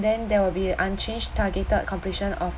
then there will be unchanged targeted completion of